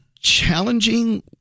challenging